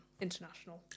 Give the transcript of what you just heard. international